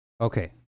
Okay